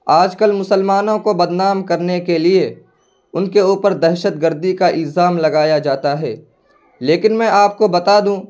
آج کل مسلمانوں کو بدنام کرنے کے لیے ان کے اوپر دہشت گردی کا الزام لگایا جاتا ہے لیکن میں آپ کو بتا دوں